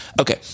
Okay